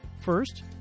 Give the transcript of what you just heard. First